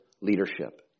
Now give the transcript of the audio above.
leadership